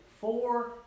four